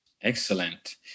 excellent